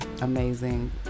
amazing